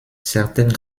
certaines